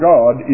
God